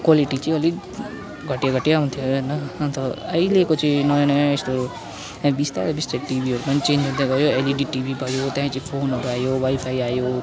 quality चाहिँ अलिक घटिया घटिया हुन्थ्यो होइन अन्त अहिलेको चाहिँ नयाँ नयाँ यस्तो बिस्तारी बिस्तारी टिभीहरू पनि चेन्ज हुँदै गयो अहिले एल ई डी टिभी भयो त्यहाँपछि फोनहरू आयो वाइफाई आयो